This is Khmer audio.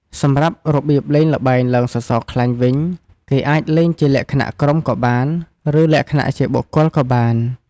សម្រាប់របៀបលេងល្បែងឡើងសសរខ្លាញ់វិញ គេអាចលេងជាលក្ខណៈក្រុមក៏បាន ឬលក្ខណៈជាបុគ្គលក៏បាន។